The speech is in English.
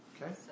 Okay